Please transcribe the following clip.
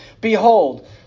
Behold